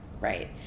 Right